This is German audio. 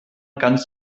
ganz